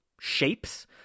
shapes